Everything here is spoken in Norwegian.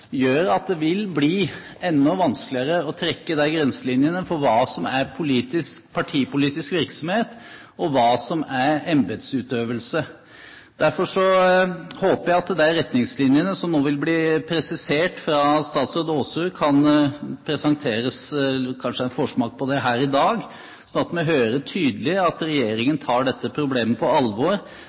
gjør at det vil bli enda vanskeligere å trekke grenselinjene for hva som er partipolitisk virksomhet, og hva som er embetsutøvelse. Derfor håper jeg at de retningslinjene som blir presisert av statsråd Aasrud, kan presenteres, kanskje som en forsmak på det her i dag, slik at vi tydelig hører at regjeringen tar dette problemet på alvor,